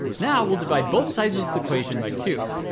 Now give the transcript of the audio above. now we'll divide both sides of this equation by two,